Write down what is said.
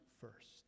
first